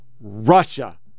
Russia